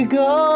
go